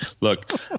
Look